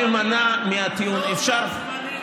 או להימנע מהטיעון, זה לא אותם זמנים,